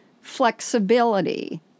flexibility